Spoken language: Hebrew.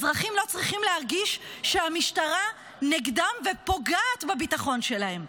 אזרחים לא צריכים להרגיש שהמשטרה נגדם ופוגעת בביטחון שלהם.